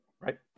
right